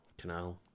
Canal